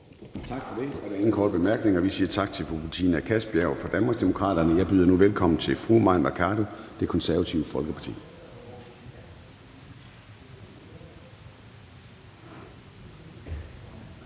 og der er ingen korte bemærkninger. Vi siger tak til fru Betina Kastbjerg fra Danmarksdemokraterne. Jeg byder nu velkommen til fru Mai Mercado, Det Konservative Folkeparti.